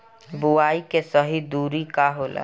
बुआई के सही दूरी का होला?